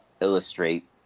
illustrate